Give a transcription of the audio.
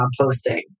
posting